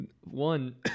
One